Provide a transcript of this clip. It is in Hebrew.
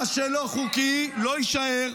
מה שלא חוקי לא יישאר.